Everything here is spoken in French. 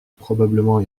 probablement